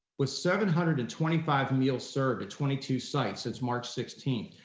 with seven hundred and twenty five meals served at twenty two sites since march sixteenth,